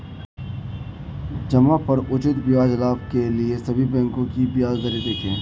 जमा पर उचित ब्याज लाभ के लिए सभी बैंकों की ब्याज दरें देखें